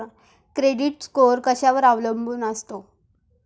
Credit score कशावर अवलंबून असतो?